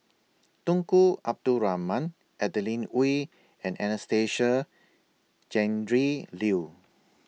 Tunku Abdul Rahman Adeline Ooi and Anastasia Tjendri Liew